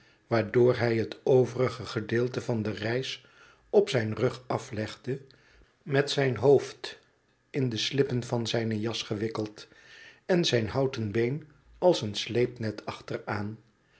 waardoor hij het overige gedeelte van de reis op zijn rug aflcfgde met zijn hoofd in de slippen van zijne jas gewikkeld en zijn houten been als een sleepnet achteraan